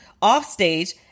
Offstage